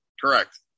correct